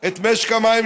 את משק המים,